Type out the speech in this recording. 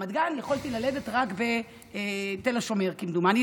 ברמת גן, ויכולתי ללדת רק בתל השומר, כמדומני.